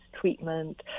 treatment